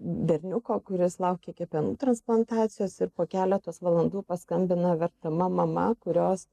berniuko kuris laukia kepenų transplantacijos ir po keletos valandų paskambina verkdama mama kurios